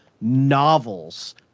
novels